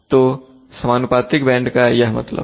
तो समानुपातिक बैंड का यह मतलब है